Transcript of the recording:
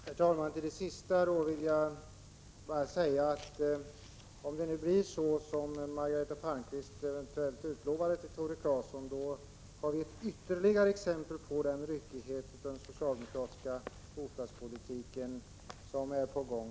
Herr talman! Om det blir så som Margareta Palmqvist eventuellt utlovade till Tore Claeson, är det ett ytterligare exempel på ryckigheten i den socialdemokratiska bostadspolitiken.